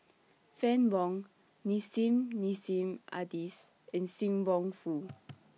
Fann Wong Nissim Nassim Adis and SIM Wong Hoo